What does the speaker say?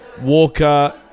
walker